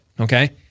okay